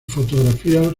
fotografías